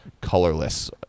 colorless